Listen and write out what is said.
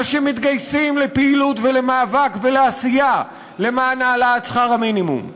אנשים מתגייסים לפעילות ולמאבק ולעשייה למען העלאת שכר המינימום.